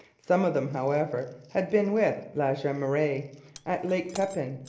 some of them, however, had been with la jemeraye at lake pepin,